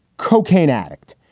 cocaine addict.